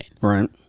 Right